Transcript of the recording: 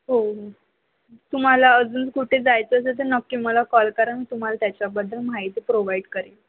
हो हो तुम्हाला अजून कुठे जायचं असेल तर नक्की मला कॉल करा मी तुम्हाला त्याच्याबद्दल माहिती प्रोवाईड करेन